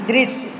दृश्य